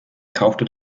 kaufte